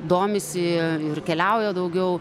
domisi ir keliauja daugiau